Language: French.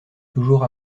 toujours